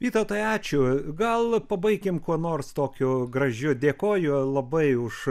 vytautai ačiū gal pabaikim kuo nors tokiu gražiu dėkoju labai už